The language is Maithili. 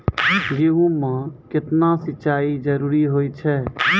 गेहूँ म केतना सिंचाई जरूरी होय छै?